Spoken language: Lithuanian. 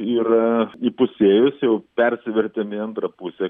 yra įpusėjus jau persivertėm į antrą pusę